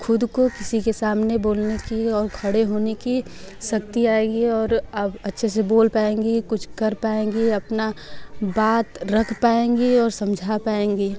ख़ुद को किसी के सामने बोलने की और खड़े होने की शक्ति आएगी और आप अच्छे से बोल पाएँगी कुछ कर पाएँगी अपना बात रख पाएँगी और समझा पाएँगी